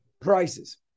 Prices